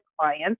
clients